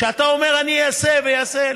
כשאתה אומר "אני אעשה ואעשה",